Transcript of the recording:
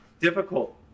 difficult